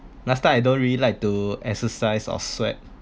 last time I don't really like to exercise or sweat